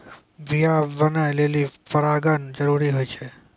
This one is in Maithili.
बीया बनै लेलि परागण जरूरी होय छै